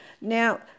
Now